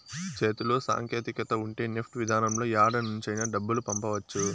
చేతిలో సాంకేతికత ఉంటే నెఫ్ట్ విధానంలో యాడ నుంచైనా డబ్బులు పంపవచ్చు